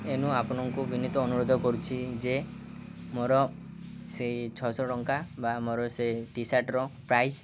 ଏନୁ ଆପଣଙ୍କୁ ବିନୀତ ଅନୁରୋଧ କରୁଛି ଯେ ମୋର ସେଇ ଛଅ ଶହ ଟଙ୍କା ବା ମୋର ସେ ଟି ସାର୍ଟର ପ୍ରାଇସ୍